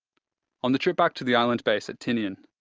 on the trip back to the island base at tinian,